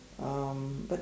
um but